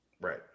Right